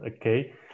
okay